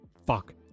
fuck